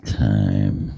time